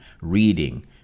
reading